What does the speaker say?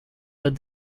that